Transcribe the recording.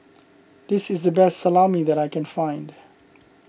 this is the best Salami that I can find